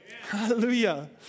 Hallelujah